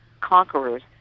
conquerors